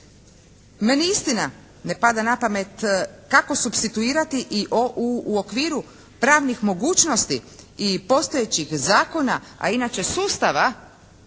Meni istina ne pada na pamet kako supsituirati i u okviru pravnih mogućnosti i postojećih zakona, a inače sustava